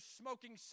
smoking